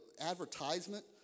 advertisement